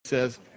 says